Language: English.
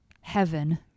heaven